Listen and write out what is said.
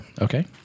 okay